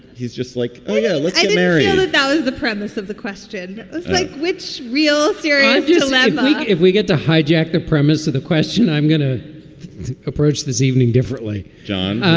he's just like, yeah, let's get married on and the the premise of the question like which. real serious just like if we get to hijack the premise of the question i'm going to approach this evening differently. john,